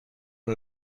man